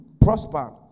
prosper